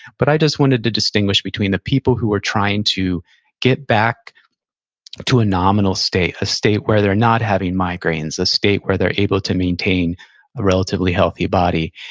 but i just wanted to distinguish between the people who are trying to get back to a nominal state, a state where they're not having migraines, a state where they're able to maintain a relatively healthy body,